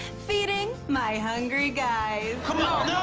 feeding my hungry guys.